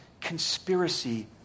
conspiracy